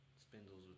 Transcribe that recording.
spindles